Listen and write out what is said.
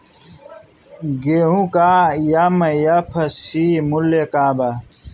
गेहू का एम.एफ.सी मूल्य का बा?